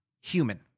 human